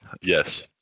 Yes